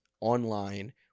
online